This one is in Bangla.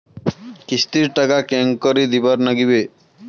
কিস্তির টাকা কেঙ্গকরি দিবার নাগীবে?